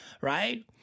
right